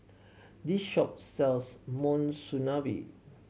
this shop sells Monsunabe